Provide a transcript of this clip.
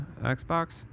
Xbox